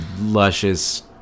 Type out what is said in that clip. luscious